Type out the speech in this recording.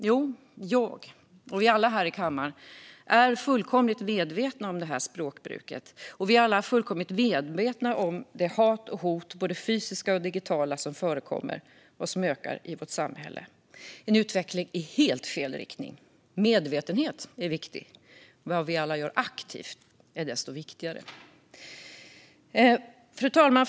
Jo, jag och vi alla här i kammaren är fullt medvetna om det här språkbruket. Vi är alla fullt medvetna om det hat och de hot som förekommer, både fysiskt och digitalt, och som ökar i vårt samhälle - en utveckling i helt fel riktning. Medvetenhet är viktig, men vad vi alla gör aktivt är desto viktigare. Fru talman!